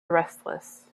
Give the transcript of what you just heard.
restless